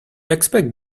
expect